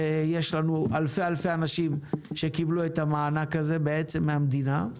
ויש לנו אלפי אנשים שקיבלו את המענק הזה בעצם מהמדינה.